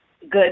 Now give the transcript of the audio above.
good